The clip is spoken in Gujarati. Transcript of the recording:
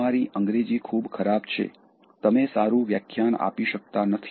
તમારી અંગ્રેજી ખૂબ ખરાબ છે તમે સારું વ્યાખ્યાન આપી શકતા નથી